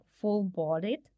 full-bodied